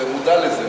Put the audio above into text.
אתה מודע לזה,